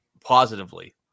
positively